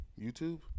YouTube